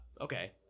okay